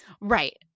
Right